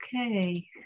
Okay